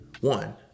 one